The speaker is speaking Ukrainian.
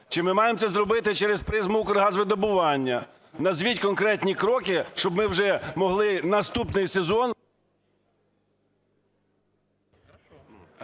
Чи ми маємо це зробити через призму Укргазвидобування? Назвіть конкретні кроки, щоб ми вже могли наступний сезон…